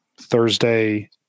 Thursday